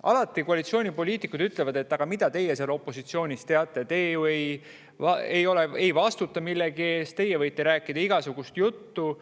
Koalitsioonipoliitikud ütlevad alati, et aga mida teie seal opositsioonis teate, te ju ei vastuta millegi eest, teie võite rääkida igasugust juttu.